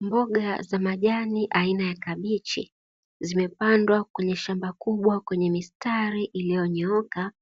Mboga za majani aina ya kabichi zimepandwa kwenye shamba kubwa kwenye mistari iliyonyooka,